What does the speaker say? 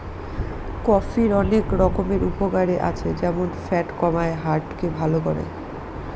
কফির অনেক রকমের উপকারে আছে যেমন ফ্যাট কমায়, হার্ট কে ভালো করে